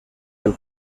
del